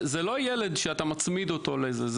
זה לא ילד שאתה מצמיד אותו לזה.